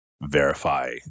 verify